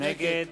נגד